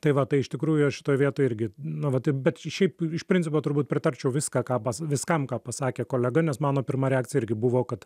tai va tai iš tikrųjų šitoj vietoj irgi nu vat bet šiaip iš principo turbūt pritarčiau viską ką pa viskam ką pasakė kolega nes mano pirma reakcija irgi buvo kad